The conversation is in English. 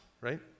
right